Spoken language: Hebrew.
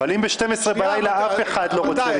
אבל אם ב-24:00 אף אחד לא רוצה להידיין?